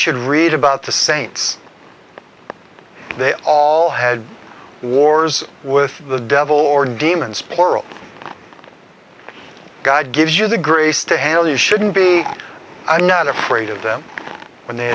should read about the saints they all had wars with the devil or demon spawn world god gives you the grace to hell you shouldn't be i'm not afraid of them when the